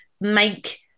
make